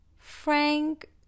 Frank